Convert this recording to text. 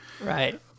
Right